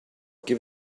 give